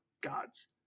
gods